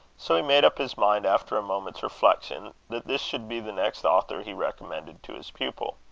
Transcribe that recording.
so he made up his mind, after a moment's reflection, that this should be the next author he recommended to his pupil.